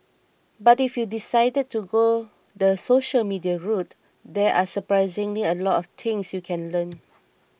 but if you decided to go the social media route there are surprisingly a lot of things you can learn